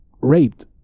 raped